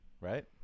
right